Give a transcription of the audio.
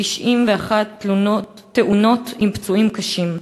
וב-91 תאונות עם פצועים קשים.